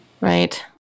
Right